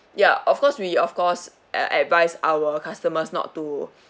ya of course we of course uh advise our customers not to